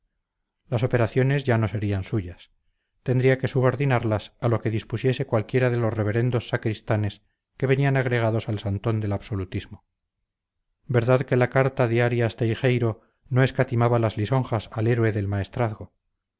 las operaciones ya no serían suyas tendría que subordinarlas a lo que dispusiese cualquiera de los reverendos sacristanes que venían agregados al santón del absolutismo verdad que la carta de arias teijeiro no escatimaba las lisonjas al héroe del maestrazgo